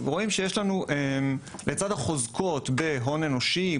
רואים שיש לנו לצד החוזקות בהון האנושי,